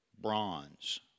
bronze